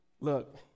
look